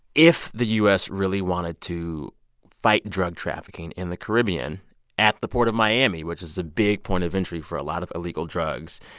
if the u s. really wanted to fight drug trafficking in the caribbean at the port of miami, which is a big point of entry for a lot of illegal drugs,